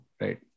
Right